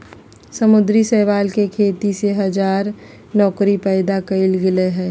समुद्री शैवाल के खेती से हजार नौकरी पैदा कइल गेल हइ